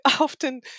often